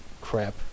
crap